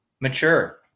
mature